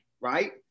Right